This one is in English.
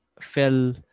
fell